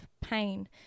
pain